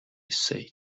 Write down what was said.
said